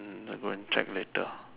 I'm going check later